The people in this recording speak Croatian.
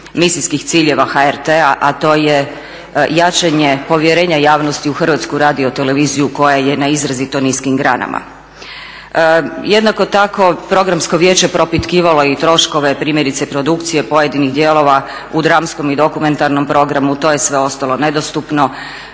misijskih ciljeva HRT-a a to je jačanje povjerenja javnosti u Hrvatsku radioteleviziju koja je na izrazito niskim granama. Jednako tako programsko vijeće propitkivalo je i troškove primjerice produkcije pojedinih dijelova u dramskom i dokumentarnom programu, to je sve ostalo nedostupno.